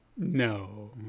No